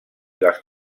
les